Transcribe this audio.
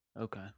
Okay